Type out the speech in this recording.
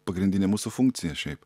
pagrindinė mūsų funkcija šiaip